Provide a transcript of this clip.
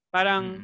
Parang